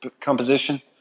composition